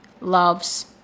loves